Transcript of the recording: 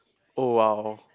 oh !wow!